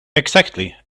exactly